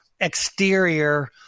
Exterior